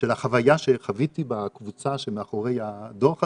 החוויה שחוויתי בקבוצה שמאחורי הדוח הזה,